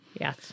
Yes